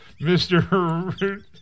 Mr